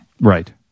Right